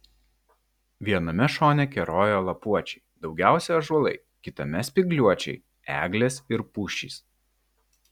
viename šone kerojo lapuočiai daugiausiai ąžuolai kitame spygliuočiai eglės ir pušys